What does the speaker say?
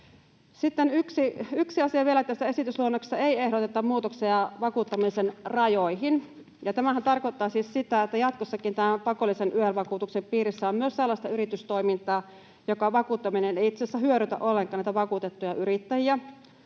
yksi asia vielä: Tässä esitysluonnoksessa ei ehdoteta muutoksia vakuuttamisen rajoihin, ja tämähän tarkoittaa siis sitä, että jatkossakin tämän pakollisen YEL-vakuutuksen piirissä on myös sellaista yritystoimintaa, jonka vakuuttaminen ei itse asiassa hyödytä ollenkaan näitä vakuutettuja yrittäjiä,